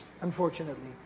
unfortunately